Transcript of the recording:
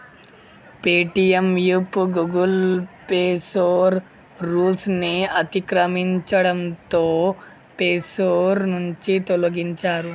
Paytm app Google Play Store rules ని అతిక్రమించడంతో Play Store నుంచి తొలగించారు